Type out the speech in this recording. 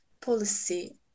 policy